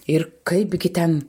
ir kaipgi ten